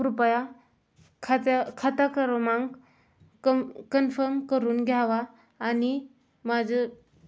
कृपया खात्या खाता क्रमांक कम कन्फर्म करून घ्यावा आणि माझं